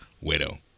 Widow